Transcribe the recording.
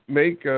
make